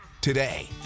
today